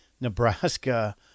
Nebraska